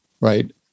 right